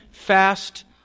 Fast